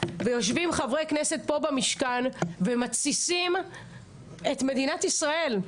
יושבים חברי כנסת פה במשכן ומתסיסים את מדינת ישראל.